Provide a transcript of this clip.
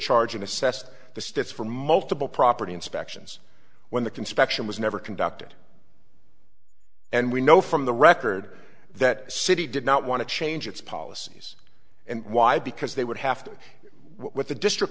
charge and assessed the states for multiple property inspections when the construction was never conducted and we know from the record that city did not want to change its policies and why because they would have to do what the district